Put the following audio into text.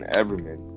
everman